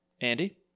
Andy